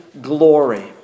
glory